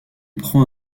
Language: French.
prend